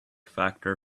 factor